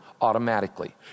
automatically